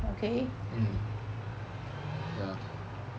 mm ya